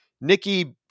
Nikki